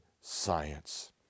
science